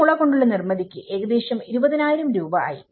ഈ മുള കൊണ്ടുള്ള നിർമ്മിതി ക്ക് ഏകദേശം 20000 രൂപ ആയി